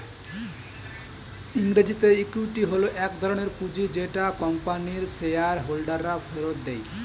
ইংরেজিতে ইক্যুইটি হল এক ধরণের পুঁজি যেটা কোম্পানির শেয়ার হোল্ডাররা ফেরত দেয়